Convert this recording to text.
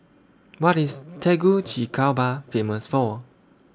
What IS Tegucigalpa Famous For